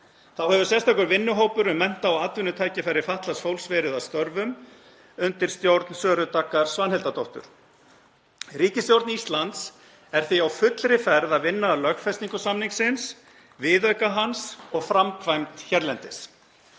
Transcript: Þá hefur sérstakur vinnuhópur um mennta- og atvinnutækifæri fatlaðs fólks verið að störfum undir stjórn Söru Daggar Svanhildardóttur. Ríkisstjórn Íslands er því á fullri ferð að vinna að lögfestingu samningsins, viðauka hans og framkvæmd hérlendis.